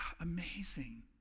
amazing